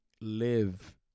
live